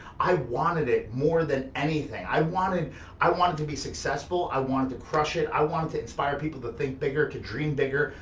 i wanted it more than anything. i wanted i wanted to be successful, i wanted to crush it, i wanted to inspire people to think bigger, to dream bigger,